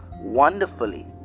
wonderfully